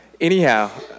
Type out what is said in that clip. anyhow